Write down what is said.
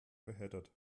verheddert